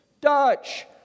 dutch